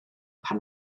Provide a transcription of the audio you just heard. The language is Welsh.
pan